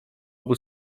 obu